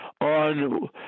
on